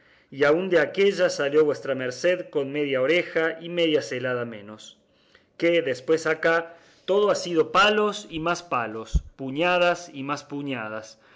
y aun de aquélla salió vuestra merced con media oreja y media celada menos que después acá todo ha sido palos y más palos puñadas y más puñadas